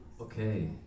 Okay